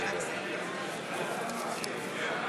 הצעת סיעת מרצ להביע אי-אמון